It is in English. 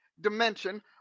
dimension